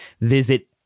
Visit